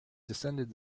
descended